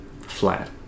flat